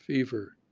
fever.